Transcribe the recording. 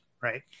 right